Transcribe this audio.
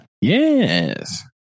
Yes